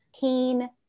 pain